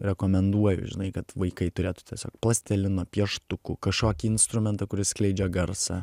rekomenduoju žinai kad vaikai turėtų tiesiog plastilino pieštukų kažkokį instrumentą kuris skleidžia garsą